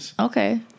Okay